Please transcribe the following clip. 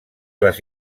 les